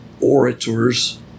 orators